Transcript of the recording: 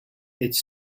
its